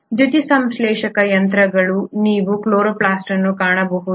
ದ್ಯುತಿಸಂಶ್ಲೇಷಕ ಯಂತ್ರಗಳು ನೀವು ಕ್ಲೋರೊಪ್ಲಾಸ್ಟ್ ಅನ್ನು ಕಾಣಬಹುದು